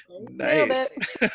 nice